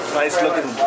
nice-looking